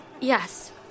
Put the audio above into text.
Yes